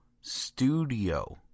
studio